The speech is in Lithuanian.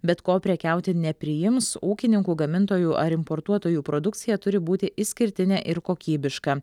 bet ko prekiauti nepriims ūkininkų gamintojų ar importuotojų produkcija turi būti išskirtinė ir kokybiška